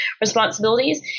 responsibilities